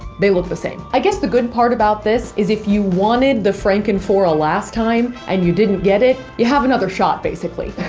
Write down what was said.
they look the same i guess the good part about this is if you wanted the franken-phora last time, and you didn't get it, you have another shot basically